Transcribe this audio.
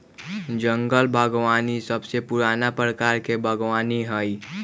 जंगल बागवानी सबसे पुराना प्रकार के बागवानी हई